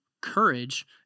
courage